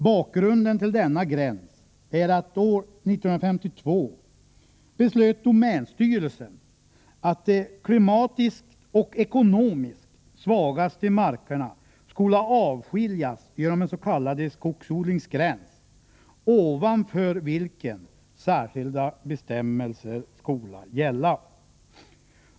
Bakgrunden till införandet av denna gräns är att domänstyrelsen år 1952 beslöt ”att de klimatiskt och ekonomiskt svagaste markerna skola avskiljas genom en s.k. skogsodlingsgräns, ovanför vilken särskilda bestämmelser skola gälla”.